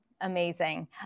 Amazing